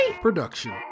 production